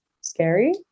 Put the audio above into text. scary